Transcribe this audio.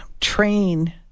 train